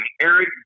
Eric